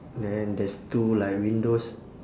then there's two like windows